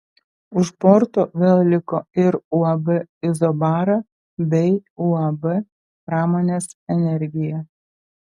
už borto vėl liko ir uab izobara bei uab pramonės energija